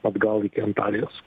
atgal iki antalijos